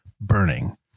Burning